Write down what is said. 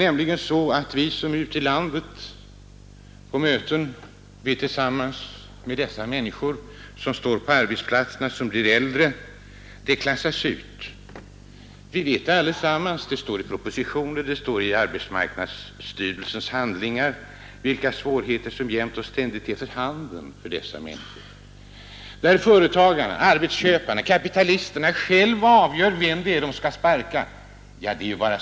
Det vet vi som ute i landet möter dessa människor, och det vet alla; det framgår av propositionen och av arbetsmarknadsstyrelsens handlingar vilka svårigheter som ständigt är för handen för dessa människor. Företagarna, arbetsköparna, kapitalisterna eller vad man vill kalla dem — avgör själva vem de skall sparka.